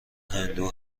هندو